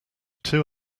two